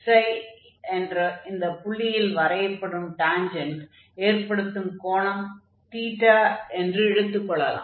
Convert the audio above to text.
i என்ற இந்தப் புள்ளியில் வரையப்படும் டான்ஜென்ட் ஏற்படுத்தும் கோணம் என்ற எடுத்துக் கொள்ளலாம்